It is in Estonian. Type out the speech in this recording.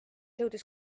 jõudis